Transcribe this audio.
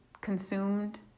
consumed